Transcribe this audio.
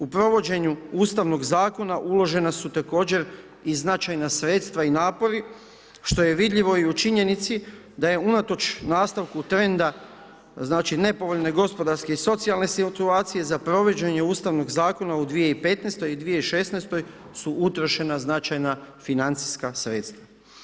U provođenju Ustavnog zakona, uložena su također i značajna sredstva i napori što je vidljivo i u činjenici da je unatoč nastavku trenda, znači nepovoljne gospodarske i socijalne situacije, za provođenje Ustavnog zakona u 2015. i 2016., su utrošena značajna financijska sredstva.